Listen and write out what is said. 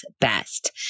best